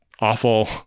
awful